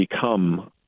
become